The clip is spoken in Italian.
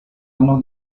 anno